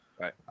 Right